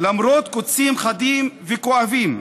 למרות קוצים חדים וכואבים,